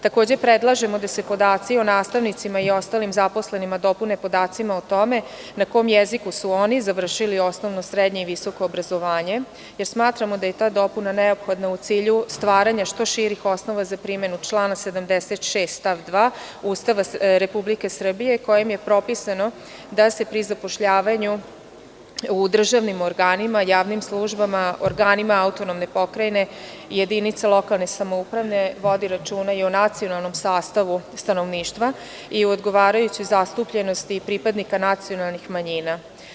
Takođe, predlažemo da se podaci o nastavnicima i ostalim zaposlenima dopune podacima o tome na kom jeziku su oni završili osnovno, srednje i visoko obrazovanje, jer smatramo da je ta dopuna neophodna u cilju stvaranja što širih osnova za primenu člana 76. stav 2. Ustava Republike Srbije, kojim je propisano da se pri zapošljavanju u državnim organima, javnim službama, organima AP, jedinice lokalne samouprave vodi računa i o nacionalnom sastavu stanovništva i o odgovarajućoj zastupljenosti pripadnika nacionalnih manjina.